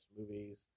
movies